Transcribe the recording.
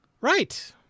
Right